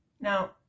Now